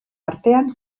artean